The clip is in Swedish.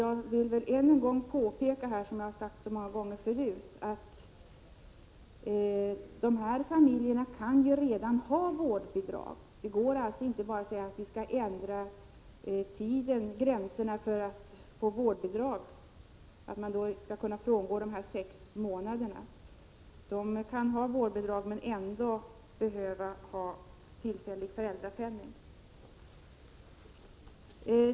Jag vill än en gång påpeka, som jag har sagt många gånger förut, att dessa familjer kanske redan har vårdbidrag. Det går inte bara att säga att tidsgränserna skall ändras och att det skall vara möjligt att frångå bestämmelsen om sex månader. De kan ha vårdbidrag men ändå behöva tillfällig föräldrapenning.